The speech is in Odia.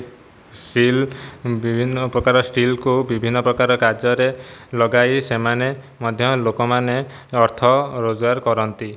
ଷ୍ଟିଲ୍ ବିଭିନ୍ନ ପ୍ରକାର ଷ୍ଟିଲ୍କୁ ବିଭିନ୍ନ ପ୍ରକାର କାର୍ଯ୍ୟରେ ଲଗାଇ ସେମାନେ ମଧ୍ୟ ଲୋକମାନେ ଅର୍ଥ ରୋଜଗାର କରନ୍ତି